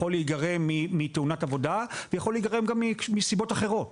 יכול להיגרם מתאונת עבודה וגם מסיבות אחרות.